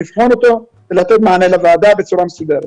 לבחון אותו ולתת לוועדה מענה בצורה מסודרת.